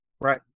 Right